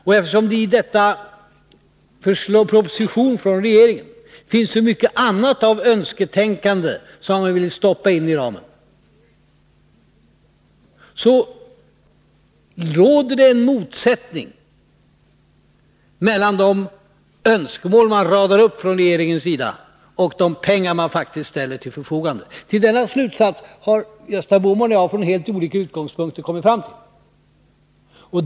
Och eftersom det i regeringens proposition finns så mycket av önsketänkande som man vill stoppain i ramen, så råder det en motsättning mellan de önskemål man radar upp från regeringens sida och de pengar man faktiskt ställer till förfogande. Till denna slutsats har Gösta Bohman och jag från helt olika utgångspunkter kommit.